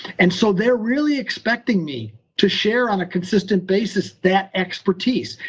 and so they're really expecting me to share on a consistent basis that expertise.